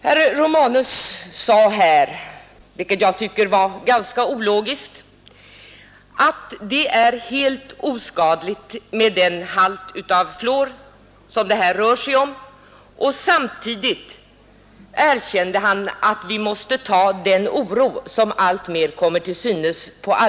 Herr Romanus sade, vilket jag tycker var ganska ologiskt, att det är helt oskadligt med den halt av fluor som det här rör sig om och samtidigt erkände han att vi måste ta den oro på allvar som alltmer kommer till synes.